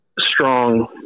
strong